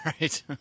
right